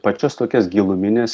pačias tokias gilumines